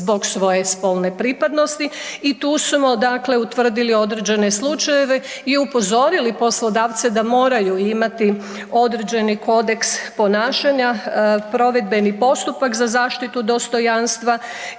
zbog svoje spolne pripadnosti. I tu smo utvrdili određene slučajeve i upozorili poslodavce da moraju imati određeni kodeks ponašanja, provedbeni postupak za zaštitu dostojanstva